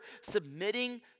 submitting